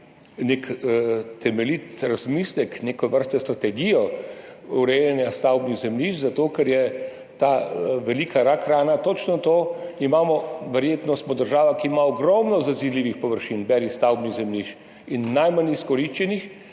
nek temeljit razmislek, neke vrste strategijo urejanja stavbnih zemljišč, zato ker je ta velika rakrana točno to, verjetno smo država, ki ima ogromno zazidljivih površin, beri stavbnih zemljišč, in najmanj izkoriščenih